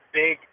big